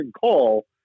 call